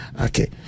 okay